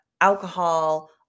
alcohol